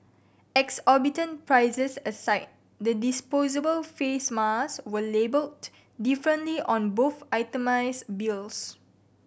exorbitant prices aside the disposable face masks were labelled differently on both itemised bills